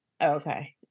Okay